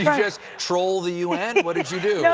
just troll the u n? what tid you do? no,